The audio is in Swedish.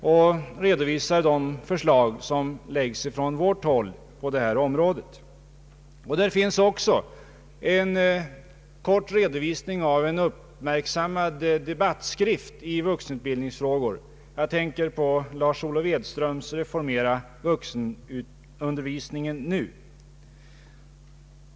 En kort redovisning har också lämnats av en uppmärksammad debattskrift i vuxenutbildningsfrågor — jag tänker på Lars Olof Edströms, Reformera vuxenundervisningen nu.